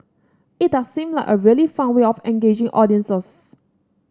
it does seem like a really fun way of engaging audiences